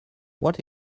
what